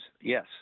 yes